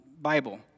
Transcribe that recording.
Bible